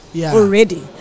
Already